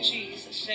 Jesus